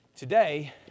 Today